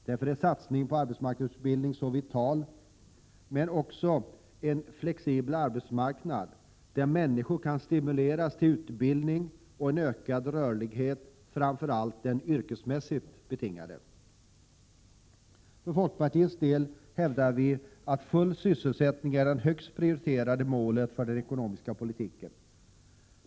Därför är satsningen på arbetsmarknadsutbildning så vital, liksom på en flexibel arbetsmarknad där människor kan stimuleras till utbildning och en framför allt yrkesmässigt betingad ökad rörlighet. För folkpartiets del hävdar vi att full sysselsättning är det högst prioriterade målet för den ekonomiska politiken.